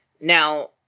now